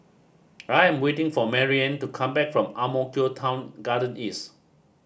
I am waiting for Maryanne to come back from Ang Mo Kio Town Garden East